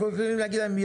אנחנו יכולים להגיד להם.